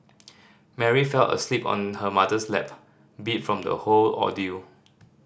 Mary fell asleep on her mother's lap beat from the whole ordeal